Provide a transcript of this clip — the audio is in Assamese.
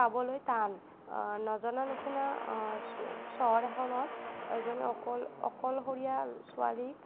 পাবলৈ টান নজনা নুশুনা চহৰ এখনত এজনী অকল অকলশৰীয়া ছোৱালীক